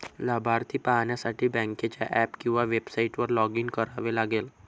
लाभार्थी पाहण्यासाठी बँकेच्या ऍप किंवा वेबसाइटवर लॉग इन करावे लागेल